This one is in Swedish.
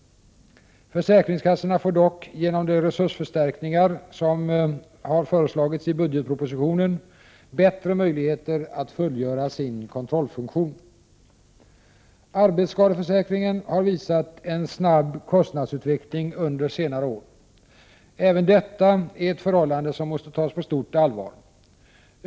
Försäkringskassorna får dock, genom de resursförstärkningar som föreslås i budgetpropositionen, bättre möjligheter att fullgöra sin kontrollfunktion. Arbetsskadeförsäkringen har uppvisat en snabb kostnadsutveckling under senare år. Även detta är ett förhållande som måste tas på stort allvar.